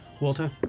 Walter